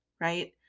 right